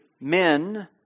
men